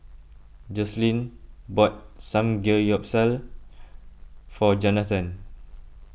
Joslyn bought Samgeyopsal for Johnathon